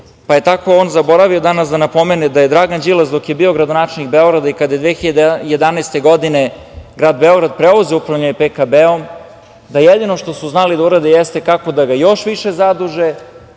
pa je tako on zaboravio danas da napomene da je Dragan Đilas dok je bio gradonačelnik Beograda i kada je 2011. godine grad Beograd preuzeo upravljanje PKB, da jedino što su znali da urade jeste kako da ga još više zaduže,